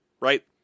right